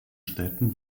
städten